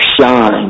shine